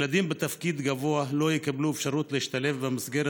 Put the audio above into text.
ילדים בתפקוד גבוה לא יקבלו אפשרות להשתלב במסגרת